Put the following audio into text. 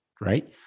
right